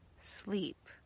sleep